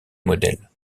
modèle